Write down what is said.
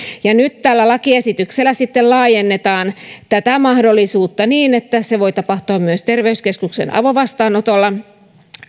nyt tällä lakiesityksellä sitten laajennetaan tätä mahdollisuutta niin että se voi tapahtua myös terveyskeskuksen avovastaanotolla